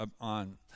on